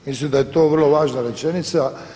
Mislim da je to vrlo važna rečenica.